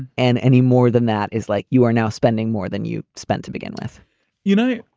and any more than that is like you are now spending more than you spend to begin with you know,